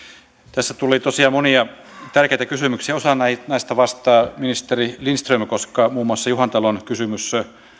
tässä tuli tosiaan monia tärkeitä kysymyksiä osaan näistä vastaa ministeri lindström koska muun muassa juhantalon kysymys